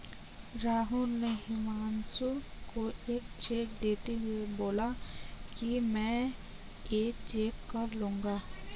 राहुल ने हुमांशु को एक चेक देते हुए बोला कि मैं ये चेक कल लूँगा